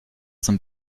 zum